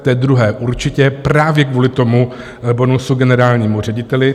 Té druhé určitě právě kvůli tomu bonusu generálnímu řediteli.